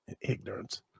Ignorance